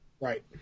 Right